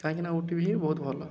କାହିଁକିନା ଓ ଟିଭି ହିଁ ବହୁତ ଭଲ